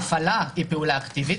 ההפעלה עצמה היא פעולה אקטיבית.